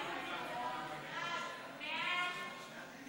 סעיפים 1 49